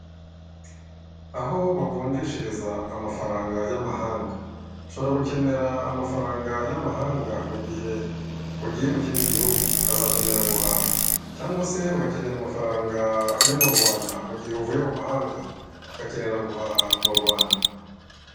Aho bavunjishereza amafaranga y'amahanga, ushobora gukenera amafaranga y'amahanga mu gihe wagiye mu kindi gihugu ukazakenera guhaha, cyangwa se ugakenera amafaranga yo mu rwanda mu gihe uvuye mu mahanga ukakenera guhaha mu Rwanda.